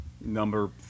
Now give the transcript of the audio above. number